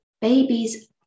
Babies